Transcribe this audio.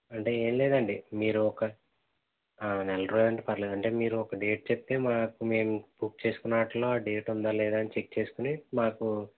అంటే ఏం లేదండి మీరు ఒక నెల రోజులు అంటే పర్లేదు అంటే మీరు ఒక డేట్ చెప్తే మాకు మేము బుక్ చేసుకున్న వాటిల్లో ఆ డేట్ ఉందా లేదా అని చెక్ చేసుకుని మాకు